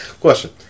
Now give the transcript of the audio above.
Question